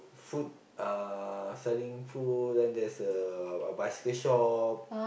food uh selling food then there's a a bicycle shop